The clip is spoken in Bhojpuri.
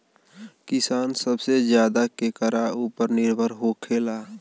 किसान सबसे ज्यादा केकरा ऊपर निर्भर होखेला?